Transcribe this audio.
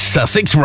Sussex